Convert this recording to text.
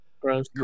Gross